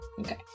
Okay